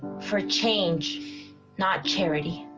for change not charity